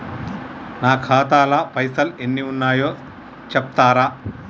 నా ఖాతా లా పైసల్ ఎన్ని ఉన్నాయో చెప్తరా?